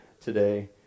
today